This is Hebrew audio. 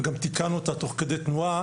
וגם תיקנו אותה תוך כדי תנועה.